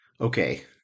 Okay